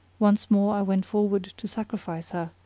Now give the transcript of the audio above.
once more i went forward to sacrifice her,